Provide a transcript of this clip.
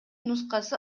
нускасы